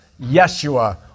Yeshua